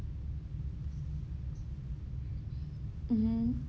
mmhmm